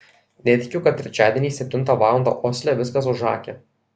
netikiu kad trečiadieniais septintą valandą osle viskas užakę